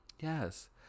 Yes